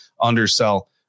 undersell